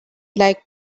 like